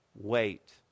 wait